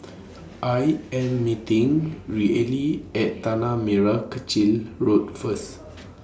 I Am meeting Reilly At Tanah Merah Kechil Road First